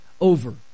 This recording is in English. over